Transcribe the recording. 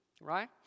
Right